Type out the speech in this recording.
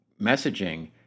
messaging